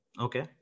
okay